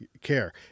care